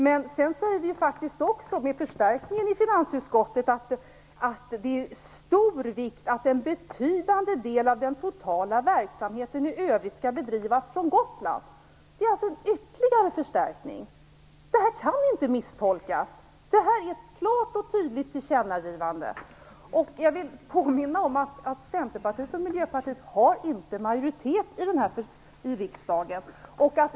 I den förstärkta skrivningen från finansutskottet framgår också att det är av stor vikt att en betydande del av den totala verksamheten i övrigt skall bedrivas från Gotland. Det är alltså ytterligare en förstärkning. Detta kan inte misstolkas! Det är ett klart och tydligt tillkännagivande. Jag vill påminna om att Centerpartiet och Miljöpartiet inte har majoritet i riksdagen.